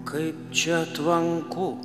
kaip čia tvanku